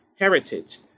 heritage